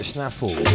Snaffle